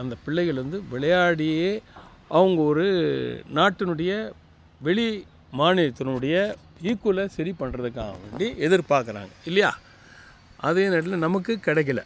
அந்தப் பிள்ளைகள் வந்து விளையாடியே அவங்க ஒரு நாட்டினுடைய வெளி மாநிலத்தினுடைய ஈக்குவலா சரி பண்ணுறதுக்காக வேண்டி எதிர்பார்க்குறாங்க இல்லையா அதே நேரத்தில் நமக்கு கிடைக்கல